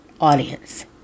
audience